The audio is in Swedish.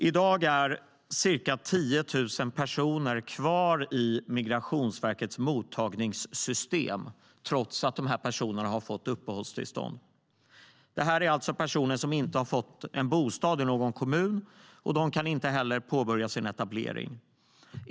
I dag är ca 10 000 personer kvar i Migrationsverkets mottagningssystem, trots att de har fått uppehållstillstånd. Det är personer som inte har fått bostad i någon kommun och därför inte kan påbörja sin etablering.